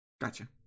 gotcha